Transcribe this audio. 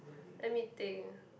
let me think